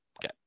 Okay